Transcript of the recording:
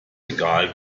egal